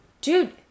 Dude